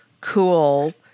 cool